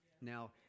Now